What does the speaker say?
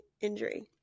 injury